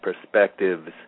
perspectives